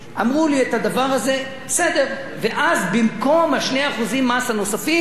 אמרו לי, בסדר, ואז במקום 2% מס הנוספים,